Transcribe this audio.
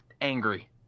angry